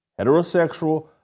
heterosexual